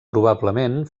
probablement